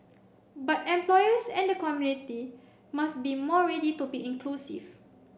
but employers and the community must be more ready to be inclusive